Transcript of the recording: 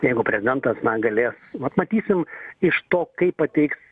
jeigu prezidentas na galės vat matysim iš to kaip pateiks